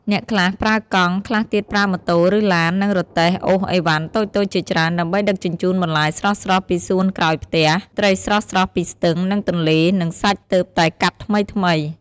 អ្នកខ្លះប្រើកង់ ខ្លះទៀតប្រើម៉ូតូ ឬឡាន និងរទេះអូសឥវ៉ាន់តូចៗជាច្រើន ដើម្បីដឹកជញ្ជូនបន្លែស្រស់ៗពីសួនក្រោយផ្ទះ ត្រីស្រស់ៗពីស្ទឹង និងទន្លេ និងសាច់ទើបតែកាប់ថ្មីៗ។